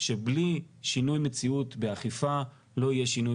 שבלי שינוי מציאות באכיפה לא יהיה שינוי